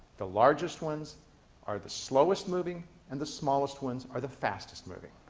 the largest ones are the slowest moving and the smallest ones are the fastest moving.